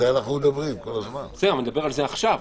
צריך לראות